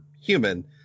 human